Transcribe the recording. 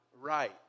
right